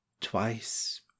twice